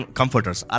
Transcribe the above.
comforters